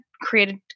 created